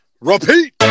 repeat